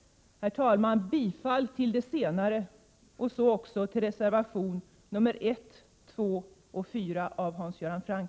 Herr talman! Jag yrkar bifall till förslag om de senare åtgärderna och till reservationerna 1, 2 och 4 av Hans Göran Franck.